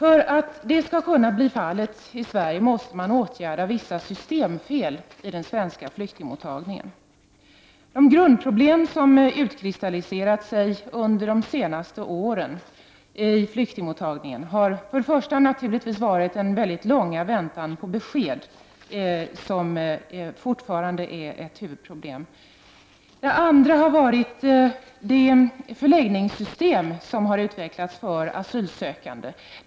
För att detta skall kunna bli fallet i Sverige måste vissa systemfel i den svenska flyktingmottagningen åtgärdas. De grundläggande problem som har utkristalliserat sig under de senaste åren i fråga om flyktingmottagningen har varit dels den långa väntan på besked — och detta fortfarande ett av de största problemen —, dels det förläggningssystem som har utvecklats för asylsökande.